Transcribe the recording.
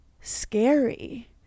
scary